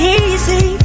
easy